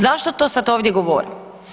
Zašto to sad ovdje govorim?